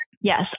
Yes